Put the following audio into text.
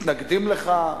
מתנגדים לך,